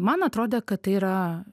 man atrodė kad tai yra